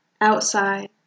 Outside